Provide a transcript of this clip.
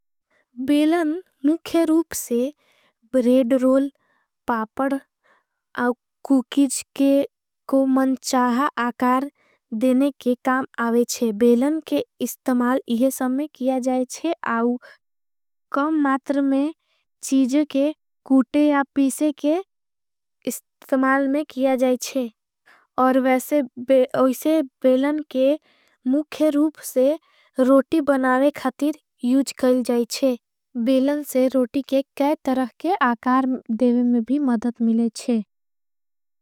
बेलन मुखे रूप से ब्रेड रोल पापड। औव कुकिज को मन चाहा आकार। देने के काम आवेच्छे बेलन के इस्तमाल। इहे समय किया जाएच्छे औव कम मातर। में चीज़ के कूटे या पीसे के इस्तमाल में। किया जाएच्छे और वैसे बेलन के मुखे। रूप से रोटी बनावे खातिर यूज़ काल। जाएच्छे बेलन से रोटी के कई तरह के। आकार देवे में भी मदद मिलेच्छे।